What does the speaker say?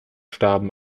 starben